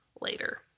later